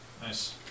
Nice